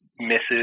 misses